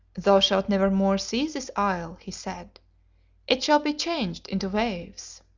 thou shalt never more see this isle he said it shall be changed into waves